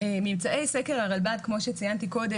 ממצאי סקר הרלב"ד כמו שציינתי קודם,